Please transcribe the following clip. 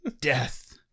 Death